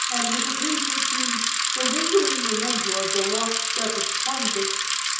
and, with a pace that seemed the lingering memento of the lock-step of convicts,